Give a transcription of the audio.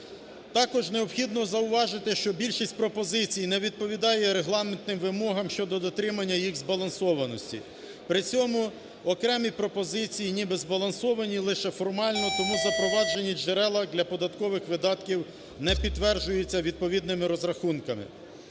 Також необхідно зауважити, що більшість пропозицій не відповідає регламентним вимогам щодо дотримання їх збалансованості. При цьому окремі пропозиції ніби збалансовані лише формально, тому запроваджені джерела для податкових видатків не підтверджуються відповідними розрахунками.